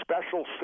special